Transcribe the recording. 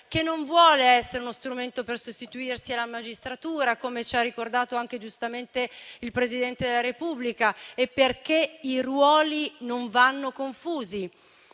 che non vuole essere uno strumento per sostituirsi alla magistratura, come ci ha ricordato anche giustamente il Presidente della Repubblica, e perché i ruoli non vanno confusi.